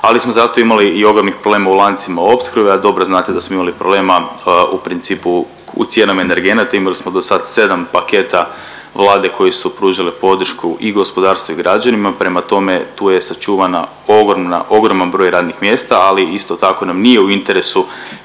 ali smo zato imali i ogromnih problema u lancima opskrbe, a dobro znate da smo imali problema u principu, u cijena energenata, imali smo do sad 7 paketa Vlade koje su pružale podršku i gospodarstvu i građanima, prema tome, tu je sačuvana ogromna, ogroman broj radnih mjesta, ali isto tako nam nije u interesu,